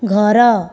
ଘର